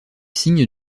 signe